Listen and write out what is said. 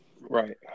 Right